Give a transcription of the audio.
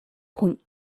point